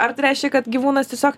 ar tai reiškia kad gyvūnas tiesiog